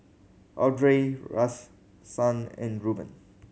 Audrey Rahsaan and Ruben